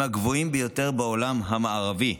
מהגבוהים ביותר בעולם המערבי,